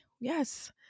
Yes